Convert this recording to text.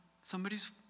somebody's